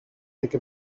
make